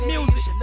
Music